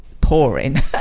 pouring